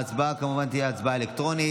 ההצבעה כמובן תהיה אלקטרונית.